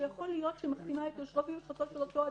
שיכול להיות שמכתימה את יושרו ויושרתו של אותו אדם.